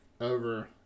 over